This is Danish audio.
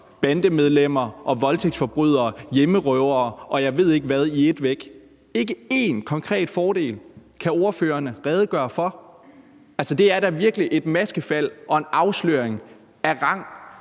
bandemedlemmer og voldtægtsforbrydere, hjemmerøvere, og jeg ved ikke hvad, i ét væk. Ikke én konkret fordel kan ordførerne redegøre for. Det er da virkelig et maskefald og en afsløring af rang,